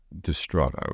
distraught